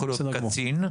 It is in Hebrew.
יכול להיות קצין.